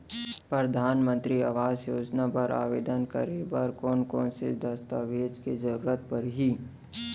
परधानमंतरी आवास योजना बर आवेदन करे बर कोन कोन से दस्तावेज के जरूरत परही?